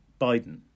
Biden